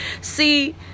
See